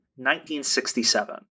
1967